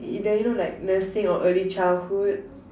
either you know like nursing or early childhood